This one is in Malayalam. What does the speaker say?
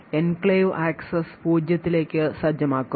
എൻക്ലേവ് ആക്സസ് പൂജ്യത്തിലേക്ക് സജ്ജമാക്കും